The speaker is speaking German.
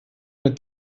mit